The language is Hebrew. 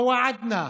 התחייבנו והבטחנו,